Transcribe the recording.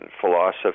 philosophy